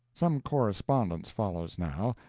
some correspondence follows now.